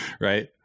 Right